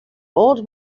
old